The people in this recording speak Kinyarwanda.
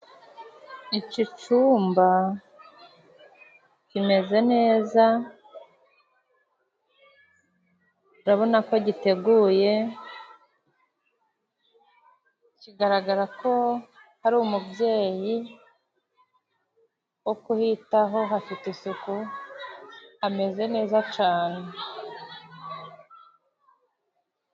Iki cyumba kimeze neza urabona ko giteguye kigaragara ko hari umubyeyi wo kuhitaho hafite isuku hameze neza cyane.